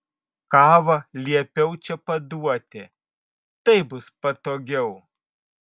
kavą liepiau čia paduoti taip bus patogiau